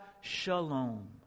shalom